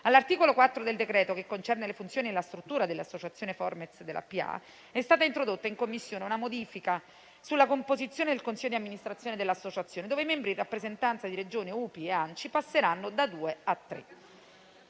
All'articolo 4 del decreto, che concerne le funzioni e la struttura dell'associazione Formez PA, è stata introdotta in Commissione una modifica sulla composizione del Consiglio di amministrazione dell'associazione, dove i membri in rappresentanza di Regioni, Unione Province d'Italia